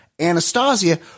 Anastasia